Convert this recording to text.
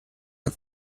and